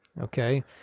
okay